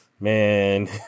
Man